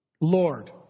Lord